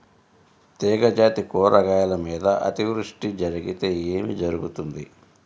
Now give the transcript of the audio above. తీగజాతి కూరగాయల మీద అతివృష్టి జరిగితే ఏమి జరుగుతుంది?